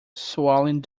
swallowing